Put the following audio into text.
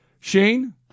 shane